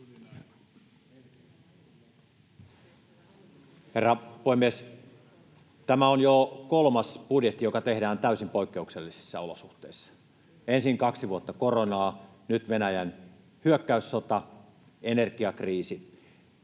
Herra puhemies! Tämä on jo kolmas budjetti, joka tehdään täysin poikkeuksellisissa olosuhteissa: ensin kaksi vuotta koronaa, nyt Venäjän hyökkäyssota, energiakriisi.